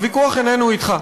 הוויכוח איננו אתך,